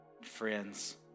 Friends